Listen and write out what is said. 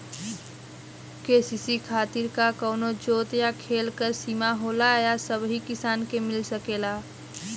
KCC खातिर का कवनो जोत या खेत क सिमा होला या सबही किसान के मिल सकेला?